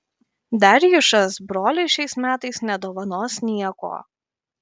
darjušas broliui šiais metais nedovanos nieko